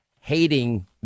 hating